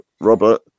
Robert